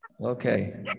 Okay